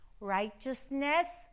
righteousness